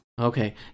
Okay